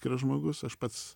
yra žmogus aš pats